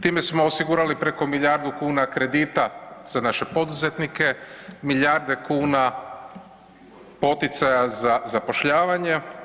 Time smo osigurali preko milijardu kuna kredita za naše poduzetnike, milijarde kuna poticaja za zapošljavanje.